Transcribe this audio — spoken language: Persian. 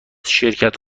شرکت